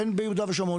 כן ביהודה ושומרון,